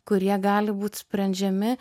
kurie gali būt sprendžiami